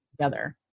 together